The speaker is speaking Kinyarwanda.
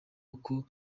uko